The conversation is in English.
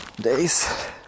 days